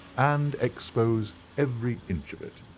and expose every inch of it.